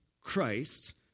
Christ